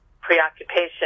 preoccupation